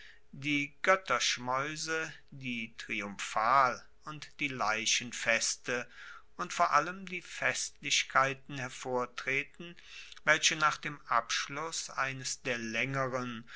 die goetterschmaeuse die triumphal und die leichenfeste und vor allem die festlichkeiten hervortreten welche nach dem abschluss eines der laengeren